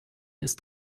ist